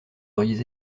auriez